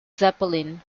zeppelin